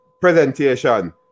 presentation